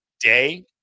day